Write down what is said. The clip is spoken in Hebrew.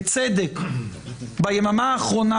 בצדק ביממה האחרונה,